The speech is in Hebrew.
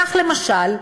כך, למשל,